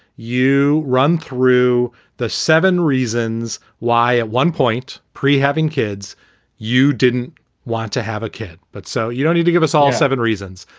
you run through the seven reasons why at one point pre having kids you didn't want to have a kid. but so you don't need to give us all seven reasons,